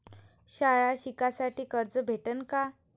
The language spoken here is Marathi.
शाळा शिकासाठी कर्ज भेटन का?